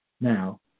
now